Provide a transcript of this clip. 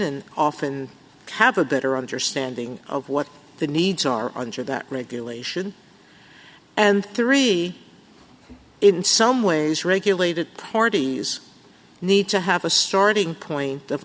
and often have a better understanding of what the needs are under that regulation and three in some ways regulated parties need to have a starting point